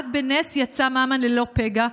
רק בנס יצא ממן ללא פגע,